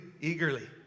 eagerly